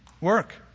Work